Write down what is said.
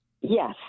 Yes